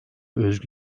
özgü